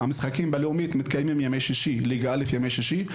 המשחקים בלאומית מתקיימים ימי שישי ליגה א' ימי שישי,